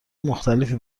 مختلفی